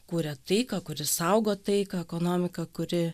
kūria taiką kuri saugo taiką ekonomika kuri